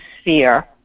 Sphere